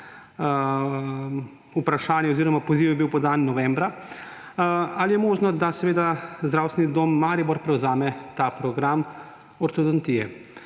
vprašanje oziroma poziv je bil podan novembra ‒ ali je možno, da Zdravstveni dom Maribor prevzame ta program ortodontije.